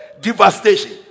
Devastation